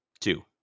two